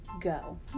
go